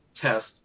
test